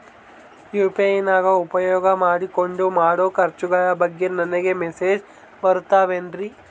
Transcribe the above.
UPI ನ ಉಪಯೋಗ ಮಾಡಿಕೊಂಡು ಮಾಡೋ ಖರ್ಚುಗಳ ಬಗ್ಗೆ ನನಗೆ ಮೆಸೇಜ್ ಬರುತ್ತಾವೇನ್ರಿ?